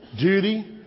duty